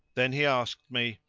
then he asked me,